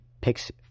picks